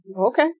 Okay